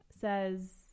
says